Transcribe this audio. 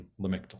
lamictal